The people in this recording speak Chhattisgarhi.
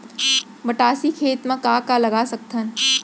मटासी खेत म का का लगा सकथन?